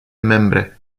membre